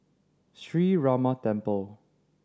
Sree Ramar Temple